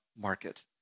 market